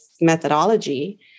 methodology